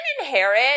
inherit